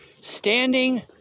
standing